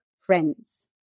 friends